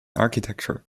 architecture